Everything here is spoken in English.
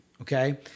Okay